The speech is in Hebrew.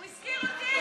הוא הזכיר אותי.